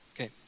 Okay